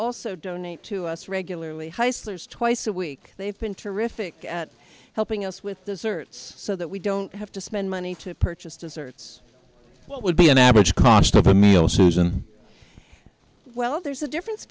also donate to us regularly heisler twice a week they've been terrific at helping us with the certs so that we don't have to spend money to purchase desserts what would be an average cost of a meal susan well there's a difference